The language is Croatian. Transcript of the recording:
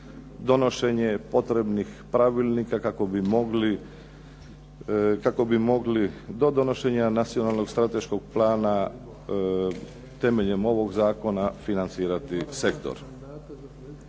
donošenje potrebnih pravilnika kako bi mogli do donošenja nacionalnog strateškog plana, temeljem ovog zakona financirati sektor.